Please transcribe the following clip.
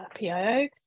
PIO